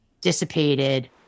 dissipated